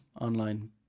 online